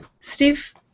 Steve